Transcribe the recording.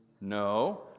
no